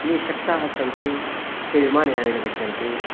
ये शक्ताः सन्ति ते विमानयानेन गच्छन्ति